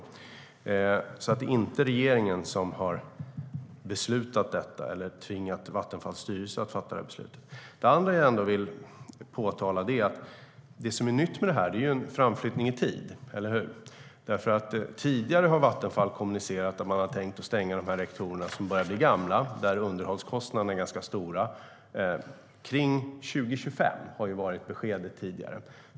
Det är alltså inte regeringen som har fattat det här beslutet eller tvingat Vattenfalls styrelse att fatta det. Det andra som jag vill ta upp är att det som är nytt här är ju en framflyttning i tid. Tidigare har Vattenfall kommunicerat att man har tänkt att stänga de reaktorer som har blivit gamla och där underhållskostnaderna är ganska stora kring 2025.